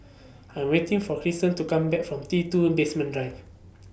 I Am waiting For Cristen to Come Back from T two Basement Drive